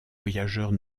voyageurs